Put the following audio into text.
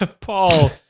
Paul